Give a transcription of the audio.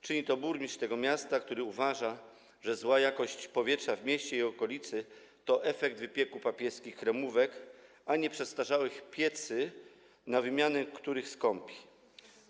Czyni to burmistrz tego miasta, który uważa, że zła jakość powietrza w mieście i okolicy to efekt wypieku papieskich kremówek, a nie przestarzałych pieców, na których wymianę skąpi.